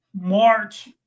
march